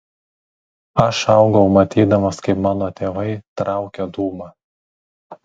aš augau matydamas kaip mano tėvai traukia dūmą